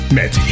Met